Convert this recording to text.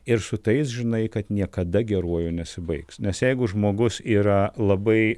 ir su tais žinai kad niekada geruoju nesibaigs nes jeigu žmogus yra labai